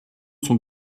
son